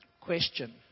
Question